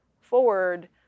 forward